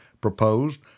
proposed